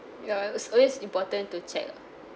ya it's always important to check